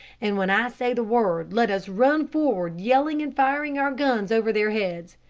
and when i say the word let us run forward yelling and firing our guns over their heads.